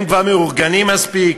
הם כבר מאורגנים מספיק.